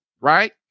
Right